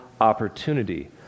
opportunity